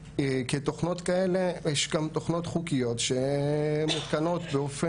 התוכנה מותקנת ללא ידיעת המשתמש של המכשיר נייד,